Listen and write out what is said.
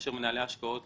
כאשר מנהלי ההשקעות